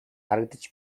харагдаж